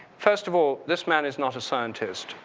first of all, this man is not a scientist.